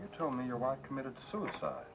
you tell me your wife committed suicide